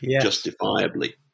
justifiably